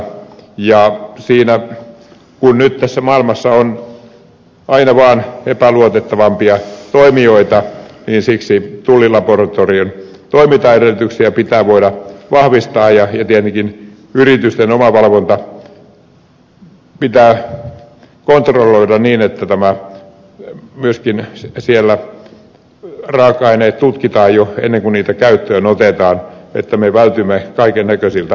kun nyt tässä maailmassa on aina vaan epäluotettavampia toimijoita niin siksi tullilaboratorion toimintaedellytyksiä pitää voida vahvistaa ja tietenkin yritysten omavalvontaa pitää kontrolloida niin että myöskin siellä raaka aineet tutkitaan jo ennen kuin niitä otetaan käyttöön että me vältymme kaikennäköisiltä skandaaleilta